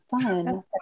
Fun